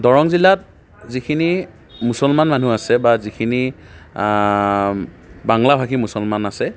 দৰং জিলাত যিখিনি মুছলমান মানুহ আছে বা যিখিনি বাংলাভাষী মুছলমান আছে